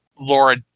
Laura